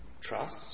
trust